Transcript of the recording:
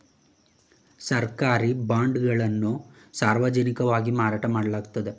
ಸರ್ಕಾರಿ ಬಾಂಡ್ ಗಳನ್ನು ಸಾರ್ವಜನಿಕವಾಗಿ ಮಾರಾಟ ಮಾಡಲಾಗುತ್ತದೆ